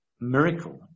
Miracle